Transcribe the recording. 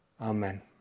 Amen